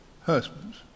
husbands